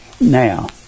Now